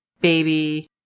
baby